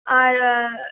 আর